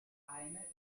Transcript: eine